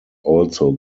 also